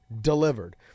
delivered